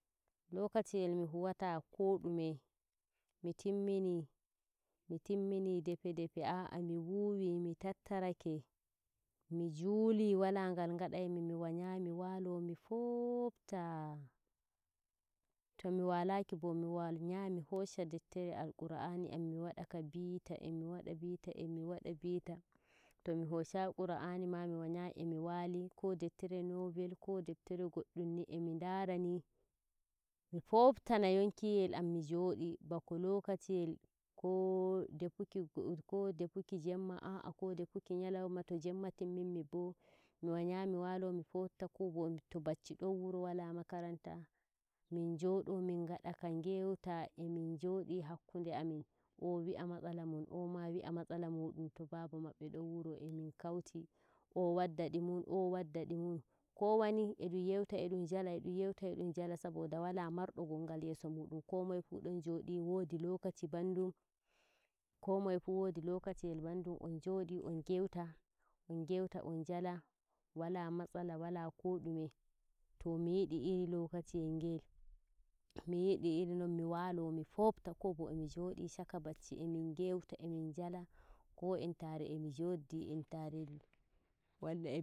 lokaciyel mi huwata ko ɗume timmini mi timmi defa defa aa mi wuwi mi tattarake mi juli wala ngal ngadaimi mi wanyai mi walaki bo mi wanyai mi hosha deptere am qur'anic e miwaɗa ka bita emi wada bita emi wada bita. To mi hoshai Qur'ani ma mi wanyai e mi waali ko deptere novel ko deptere goɗɗum ni e mi ndara ni mi fotaha yonkiyel am mi jodi bako lokaciyel ko defu defuki gama ko nyaloma to jemma kinyinmi bo mi wanyai mi waalo mi fota to bacci don wuro wala makaranta bo min njodo min nagada ka ngewta emin jodi hakkunde amin o wi'ah matsalamun o ma wi'ah matsalamun. To Baaba mabbe don wuro emin kauti o waada di mun o wadda ɗimun e dun yewta e dum jala edum yewta e dum jala saboda wala mardo gongal yeso muɗum komoye fu don godi wodi lokaci ɓanɗum komoye fu wodi lokaciyel ɓanɗum e dun joodi e dum yeuta on jala wala matsala wala koɗume to miyidi iri lokaciyel ngel. Mi yidi iri nan miwalo mifofta ko bo e mi jodi shaka bacci e min ngeuta amin yala ko entare emin joddi entare.